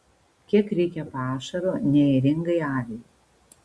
kiek reikia pašaro neėringai aviai